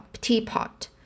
teapot